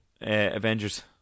Avengers